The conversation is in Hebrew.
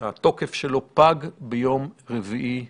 פג ביום רביעי הקרוב.